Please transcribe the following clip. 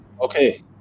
Okay